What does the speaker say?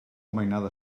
mainada